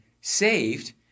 saved